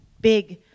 big